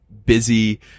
busy